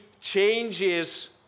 changes